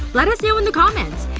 let us know in the comments!